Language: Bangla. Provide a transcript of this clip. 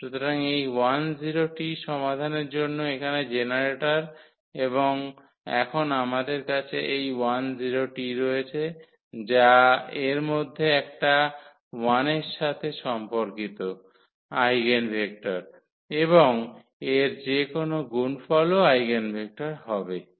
সুতরাং এই 1 0𝑇 সমাধানের জন্য এখানে জেনারেটর এবং এখন আমাদের কাছে এই 1 0𝑇 রয়েছে যা এর মধ্যে একটি 1 এর সাথে সম্পর্কিত আইগেনভেক্টর এবং এর যে কোনও গুণফলও আইগেনভেক্টর হবে